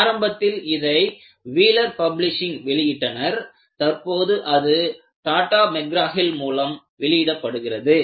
ஆரம்பத்தில் இதை Wheeler publishing வெளியிட்டனர்தற்போது அது டாடா மெக்ரா ஹில் மூலம் வெளியிடப்படுகிறது